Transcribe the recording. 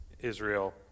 Israel